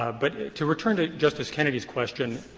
but to return to justice kennedy's question,